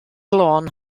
lôn